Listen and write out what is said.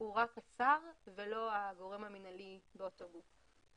הוא רק השר ולא הגורם המינהלי באותו גוף.